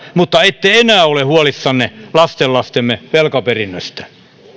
mutta ette enää ole huolissanne lastenlastemme velkaperinnöstä